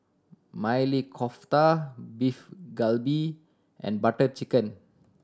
Maili Kofta Beef Galbi and Butter Chicken